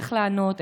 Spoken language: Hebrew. איך לענות,